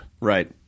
Right